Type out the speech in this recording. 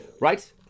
right